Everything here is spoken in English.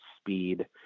speed